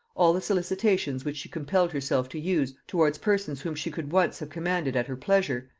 all the solicitations which she compelled herself to use towards persons whom she could once have commanded at her pleasure,